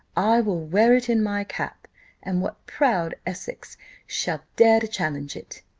i will wear it in my cap and what proud essex shall dare to challenge it?